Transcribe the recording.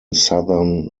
southern